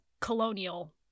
colonial